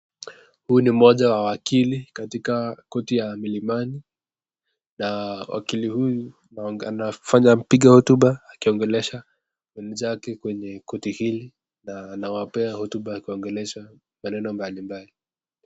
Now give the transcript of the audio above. Huyu ni moja wa wakili katika koti ya mlimani na wakili huyu anapika hotuba akongelesha wenzake kwenye koti hili na wanapea hotuba wakiongelisha maneno mbalimbali